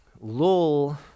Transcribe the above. lull